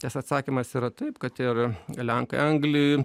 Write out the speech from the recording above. nes atsakymas yra taip kad ir lenkai anglį